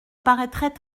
paraîtrait